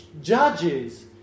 judges